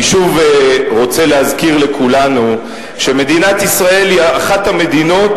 אני שוב רוצה להזכיר לכולנו שמדינת ישראל היא אחת המדינות